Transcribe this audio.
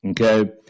okay